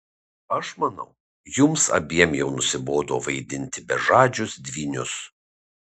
aš manau jums abiem jau nusibodo vaidinti bežadžius dvynius